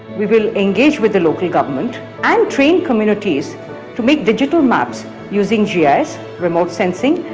we will engage with the local government and train communities to make digital maps using gis, remote sensing,